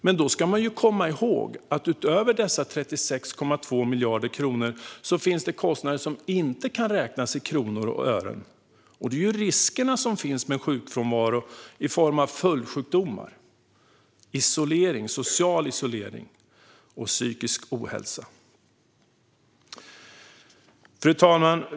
Men då ska man komma ihåg att det utöver dessa 36,2 miljarder kronor finns kostnader som inte kan räknas i kronor och ören. Det gäller de risker som finns med sjukfrånvaro i form av följdsjukdomar, social isolering och psykisk ohälsa. Fru talman!